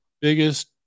biggest